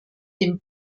dem